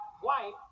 white